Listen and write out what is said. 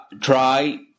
try